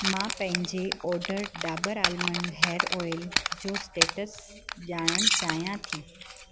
मां पंहिंजे order Dabur almond hair oil जो स्टेटस ॼाणण चाहियां थी